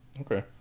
Okay